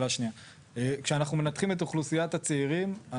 כשאנחנו מנתחים את אוכלוסיית הצעירים,